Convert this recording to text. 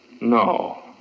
no